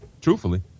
Truthfully